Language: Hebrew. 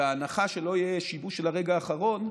בהנחה שלא יהיה שיבוש של הרגע האחרון,